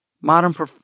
modern